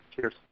Cheers